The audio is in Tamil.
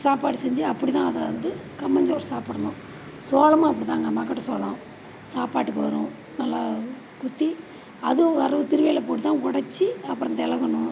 சாப்பாடு செஞ்சி அப்படி தான் அதை வந்து கம்பஞ்சோறு சாப்பிடணும் சோளமும் அப்படிதாங்க மக்கட்டு சோளம் சாப்பாட்டுக்கு வரும் நல்லா குத்தி அதுவும் வரவு திருவையில் போட்டுதான் உடச்சி அப்புறம் தெலகணும்